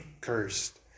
cursed